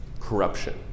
Corruption